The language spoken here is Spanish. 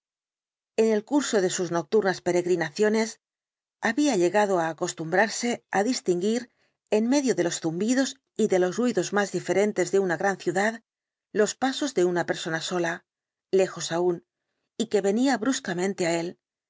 en el curso de sus nocturnas peregrinaciones había llegado á acostumbrarse á distinguir en medio de los zumbidos y de los ruidos más diferentes de una gran ciudad los pasos de una persona sola lejos aún y que venía bruscamente á él